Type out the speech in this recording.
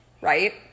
right